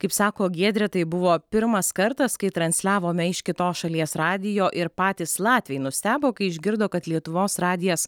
kaip sako giedrė tai buvo pirmas kartas kai transliavome iš kitos šalies radijo ir patys latviai nustebo kai išgirdo kad lietuvos radijas